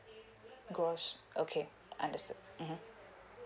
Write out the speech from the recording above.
gross okay understood mmhmm